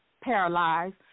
paralyzed